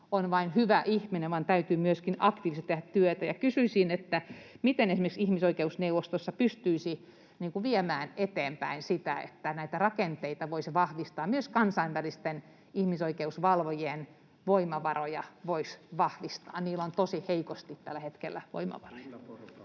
on vain hyvä ihminen, vaan täytyy myöskin aktiivisesti tehdä työtä. Kysyisin: miten esimerkiksi ihmisoikeusneuvostossa pystyisi viemään eteenpäin sitä, että näitä rakenteita voisi vahvistaa ja myös kansainvälisten ihmisoikeusvalvojien voimavaroja voisi vahvistaa? Niillä on tosi heikosti tällä hetkellä voimavaroja.